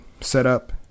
setup